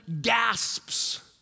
gasps